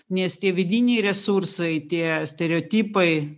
nes tie vidiniai resursai tie stereotipai